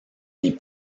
n’y